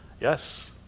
Yes